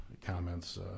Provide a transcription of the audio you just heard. comments